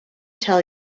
tell